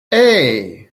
hey